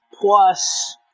Plus